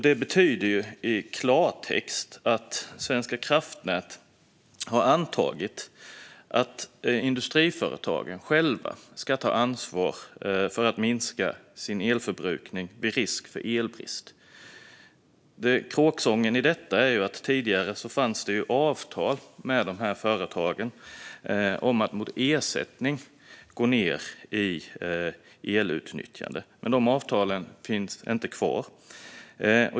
Detta betyder i klartext att Svenska kraftnät har antagit att industriföretagen själva ska ta ansvar för att minska sin elförbrukning vid risk för elbrist. Till saken hör att det tidigare fanns avtal med dessa företag om att mot ersättning gå ned i elutnyttjande, men dessa avtal finns inte kvar.